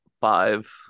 Five